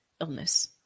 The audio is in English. illness